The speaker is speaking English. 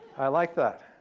i like that.